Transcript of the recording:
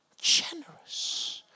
generous